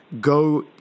go